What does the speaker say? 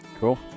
Cool